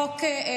וחוק,